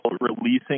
releasing